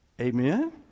Amen